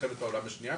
מלחמת העולם השנייה,